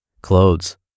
clothes